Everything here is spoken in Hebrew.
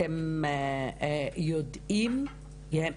אתם יודעים מה הסיבה?